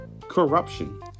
corruption